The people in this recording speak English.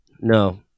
No